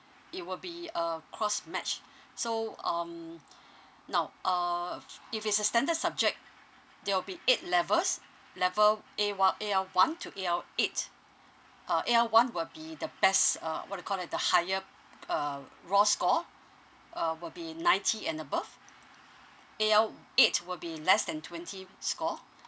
it will be a cross match so um now uh f~ if is a standard subject there will be eight levels level A o~ A_L one to A_L eight uh A_L one will be the best uh what do you call that the higher p~ uh raw score uh will be ninety and above A_L eight will be less than twenty score